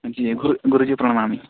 जी गु गुरूजी प्रणमामि